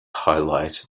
highlight